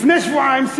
לפני שבועיים,